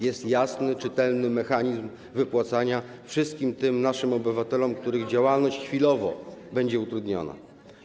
Jest jasny, czytelny mechanizm wypłacania jej wszystkim tym naszym obywatelom, których działalność chwilowo będzie utrudniona.